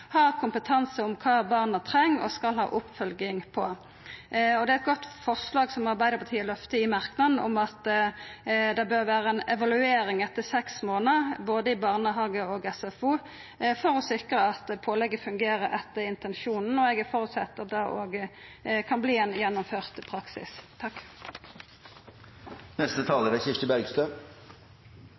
har kompetanse om kva barna treng og skal ha oppfølging på. Det er eit godt forslag som Arbeidarpartiet løfter i merknaden om at det bør vera ei evaluering etter seks månader både i barnehage og SFO for å sikra at pålegget fungerer etter intensjonen, og eg føreset at det òg kan verta ein gjennomført praksis.